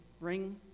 ring